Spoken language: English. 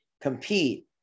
compete